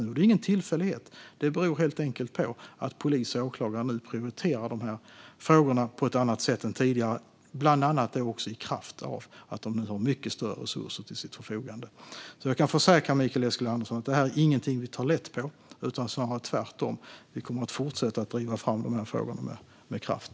Detta är ingen tillfällighet, utan det beror helt enkelt på att polis och åklagare nu prioriterar de här frågorna på ett annat sätt än tidigare - bland annat i kraft av att de nu har mycket större resurser till sitt förfogande. Jag kan försäkra Mikael Eskilandersson om att det här inte är någonting som vi tar lätt på, utan snarare tvärtom. Vi kommer att fortsätta att driva fram dessa frågor med kraft.